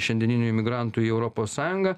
šiandieninių imigrantų į europos sąjungą